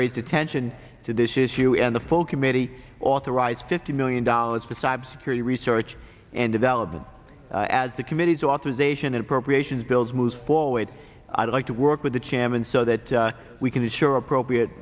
raised attention to this issue and the full committee authorize fifty million dollars besides purely research and development as the committee's authorization and appropriations bills moves forward i'd like to work with the champion so that we can ensure appropriate